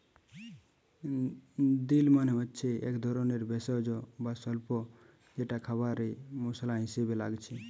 deal মানে হচ্ছে একটা ধরণের ভেষজ বা স্বল্প যেটা খাবারে মসলা হিসাবে লাগছে